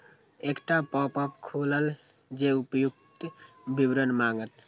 एकटा पॉपअप खुलत जे उपर्युक्त विवरण मांगत